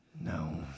No